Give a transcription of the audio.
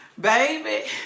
Baby